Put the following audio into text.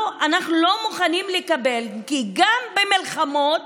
לא, אנחנו לא מוכנים לקבל, כי גם במלחמות